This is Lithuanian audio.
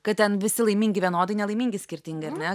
kad ten visi laimingi vienodai nelaimingi skirtingai ar ne